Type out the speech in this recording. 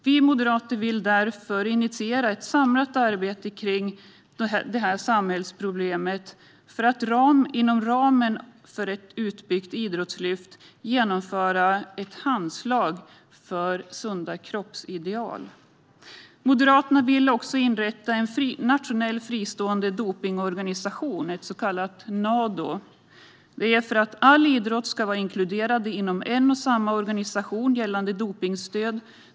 Vi moderater vill därför initiera ett samlat arbete kring det här samhällsproblemet för att inom ramen av ett utbyggt idrottslyft genomföra ett handslag för sunda kroppsideal. Moderaterna vill även inrätta en nationell fristående dopningsorganisation, ett så kallat Nado, detta för att all idrott ska vara inkluderade inom en och samma organisation gällande dopningsstöd.